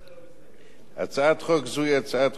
הצעת חוק זו היא הצעת חוק ממשלתית,